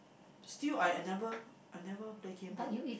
still I I never I never play game one